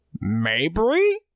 Mabry